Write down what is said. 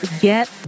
get